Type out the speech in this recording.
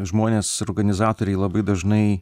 žmonės organizatoriai labai dažnai